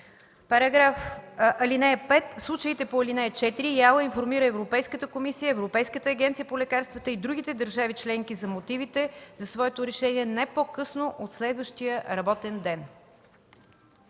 решение. (5) В случаите по ал. 4 ИАЛ информира Европейската комисия, Европейската агенция по лекарствата и другите държави членки за мотивите за своето решение не по-късно от следващия работен ден.”